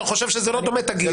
אתה חושב שזה לא דומה תגיד.